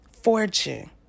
Fortune